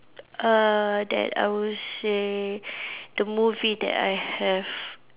err that I would say the movie that I have